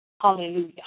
Hallelujah